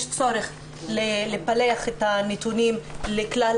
יש צורך לפלח את הנתונים לכלל